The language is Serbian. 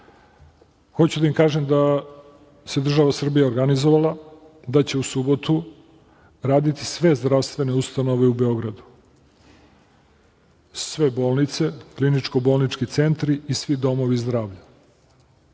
da im kažem da se država Srbija organizovala, da će u subotu raditi sve zdravstvene ustanove u Beogradu, sve bolnice, kliničko bolnički centri i svi domovi zdravlja